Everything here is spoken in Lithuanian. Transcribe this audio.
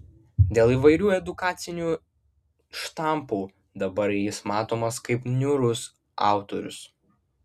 dėl įvairių edukacinių štampų dabar jis matomas kaip niūrus autorius